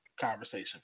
conversation